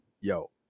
yo